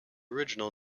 original